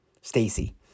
Stacy